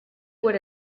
would